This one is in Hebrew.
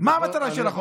מה המטרה של החוק?